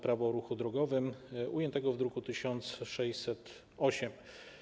Prawo o ruchu drogowym ujętego w druku nr 1608.